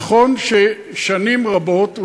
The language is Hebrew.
נכון ששנים רבות,